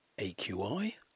AQI